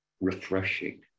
refreshing